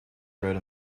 wrote